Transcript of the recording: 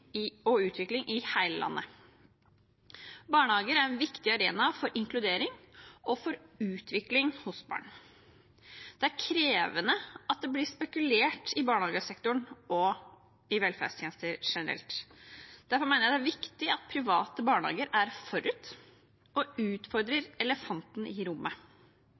og utvikling i hele landet. Barnehagen er en viktig arena for inkludering og for utvikling hos barna. Det er krevende at det blir spekulert i barnehagesektoren og i velferdstjenester generelt. Derfor mener jeg det er viktig at private barnehager er forut og utfordrer elefanten i rommet.